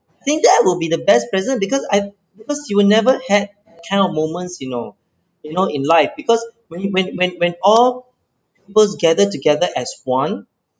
think that will be the best present because I because you will never had kind of moments you know you know in life because when you when when when all people is gather together as one